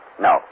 No